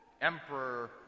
emperor